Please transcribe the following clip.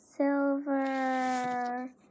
Silver